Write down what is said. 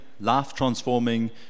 life-transforming